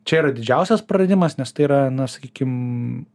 čia yra didžiausias praradimas nes tai yra na sakykim